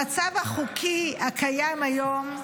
המצב החוקי הקיים היום,